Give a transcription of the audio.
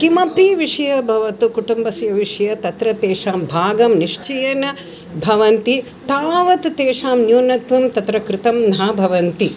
किमपि विषयः भवतु कुटुम्बस्य विषयः तत्र तेषां भागं निश्चयेन भवन्ति तावत् तेषाम् न्यूनत्वं तत्र कृतं न भवन्ति